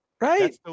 Right